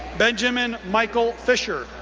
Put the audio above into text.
benjamin michael fischer,